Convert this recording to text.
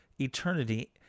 eternity